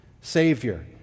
Savior